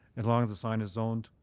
as long as the sign is zoned